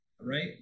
right